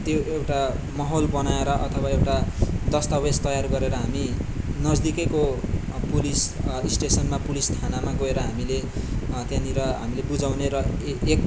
त्यो एउटा माहौल बनाएर अथवा एउटा दस्तावेज तयार गरेर हामी नजिकैको पुलिस स्टेसनमा पुलिस थानामा गोएर हामीले त्यहाँनिर हामीले बुझाउने र